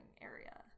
area